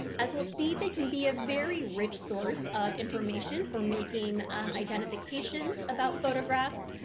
as we'll see, they can be a very rich source of information for making identifications about photographs,